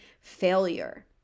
failure